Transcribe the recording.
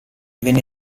venne